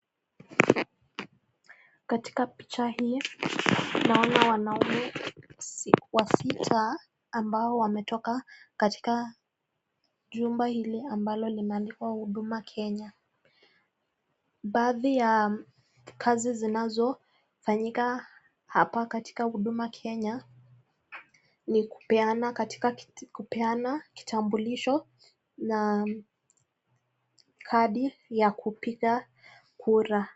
Katika picha hii naona wanaume wasita ambao wametoka katika jumba hili ambalo limeandikwa huduma kenya. Baadhi ya kazi zinazofanyika hapa katika huduma kenya ni kupeana kitambulisho na kadi ya kupiga kura.